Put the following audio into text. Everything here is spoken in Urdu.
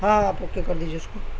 ہاں آپ اوکے کر دیجیے اس کو